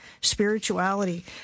Spirituality